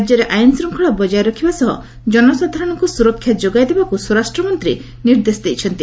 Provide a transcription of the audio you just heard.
ରାଜ୍ୟରେ ଆଇନ ଶ୍ରିଙ୍ଗଳା ବକାୟ ରଖିବା ସହ ଜନସାଧାରଣଙ୍କୁ ସୁରକ୍ଷା ଯୋଗାଇ ଦେବାକୁ ସ୍ୱରାଷ୍ଟ୍ର ମନ୍ତ୍ରା ନିର୍ଦ୍ଦେଶ ଦେଇଛନ୍ତି